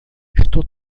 estou